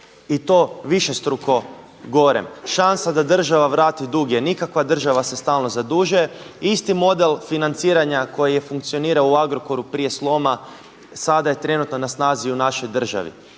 i to višestruko gorem. Šansa da država vrati dug je nikakva, država se stalno zadužuje. Isti model financiranja koji je funkcionirao u Agrokoru prije sloma sada je trenutno na snazi u našoj državi.